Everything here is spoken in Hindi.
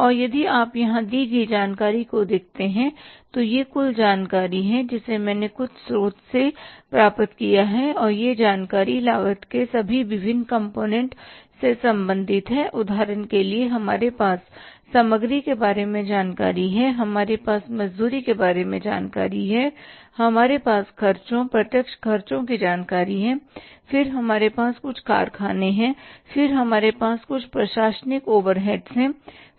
और यदि आप यहाँ दी गई जानकारी को देखते हैं तो यह कुल जानकारी है जिसे मैंने कुछ स्रोत से प्राप्त किया है और यह जानकारी लागत के सभी विभिन्न कंपोनेंटसे संबंधित है उदाहरण के लिए हमारे पास सामग्री के बारे में जानकारी है हमारे पास मजदूरी के बारे में जानकारी है हमारे पास खर्चों प्रत्यक्ष खर्चों की जानकारी है फिर हमारे पास कुछ कारखाने हैं फिर हमारे पास कुछ प्रशासनिक ओवरहेड्स हैं